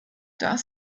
das